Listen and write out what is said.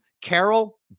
Carol